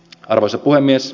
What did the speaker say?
arvoisa puhemies